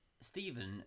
Stephen